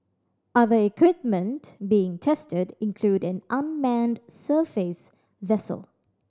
other equipment being tested include an unmanned surface vessel